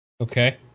okay